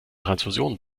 transfusionen